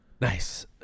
Nice